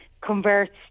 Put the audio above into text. converts